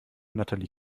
natalie